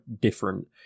different